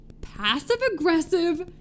passive-aggressive